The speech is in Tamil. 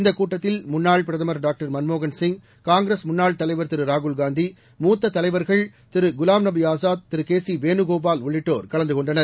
இந்த கூட்டத்தில் முன்னாள் பிரதமர் டாக்டர் மன்மோகன்சிங் காங்கிரஸ் முன்னாள் தலைவர் திரு ராகுல்காந்தி மூத்த தலைவா்கள் திரு குலாம் நபி ஆஸாத் திரு கே சி வேனுகோபால் உள்ளிட்டோர் கலந்து கொண்டனர்